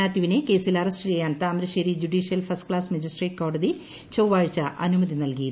മാത്യുവിനെ കേസിൽ അറസ്റ്റ് ചെയ്യാൻട്താ്മരശ്ശേരി judicial first class magistrate കോടതി ചൊവ്വാഴ്ച അനുമതി നൽകിയിരുന്നു